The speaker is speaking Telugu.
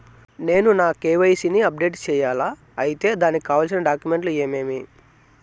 నేను నా కె.వై.సి ని అప్డేట్ సేయాలా? అయితే దానికి కావాల్సిన డాక్యుమెంట్లు ఏమేమీ?